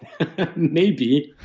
maybe,